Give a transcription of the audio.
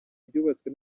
ryubatswe